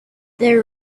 there